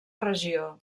regió